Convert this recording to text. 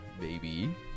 baby